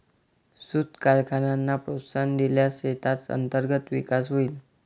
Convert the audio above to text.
सूत कारखान्यांना प्रोत्साहन दिल्यास देशात अंतर्गत विकास होईल